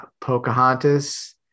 Pocahontas